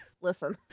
Listen